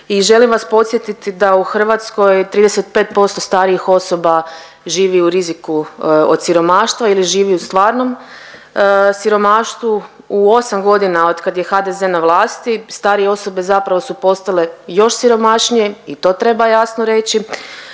i želim vas podsjetiti da u Hrvatskoj 35% starijih osoba živi u riziku od siromaštva ili živi u stvarnom siromaštvu. U 8 godina od kad je HDZ na vlasti starije osobe zapravo su postale još siromašnije i to treba jasno reći.